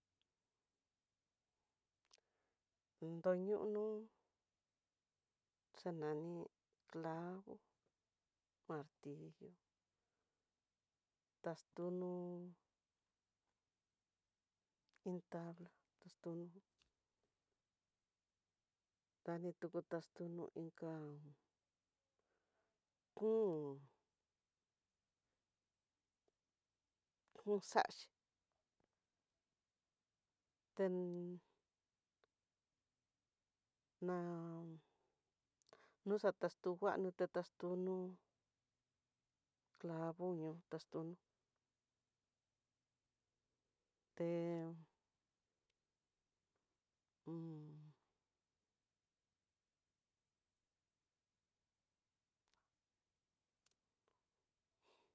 Untoñunu xanani clavo, martillo taxtuno, iin tabla taxtuno dani tu taxtuno iinka kun, kunxaxhi ten na nutax tatunguano te taxtuno clavo ñoo taxtuno, té un